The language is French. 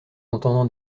entendant